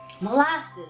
molasses